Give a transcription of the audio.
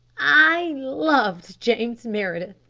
i loved james meredith,